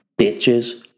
bitches